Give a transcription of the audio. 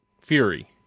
Fury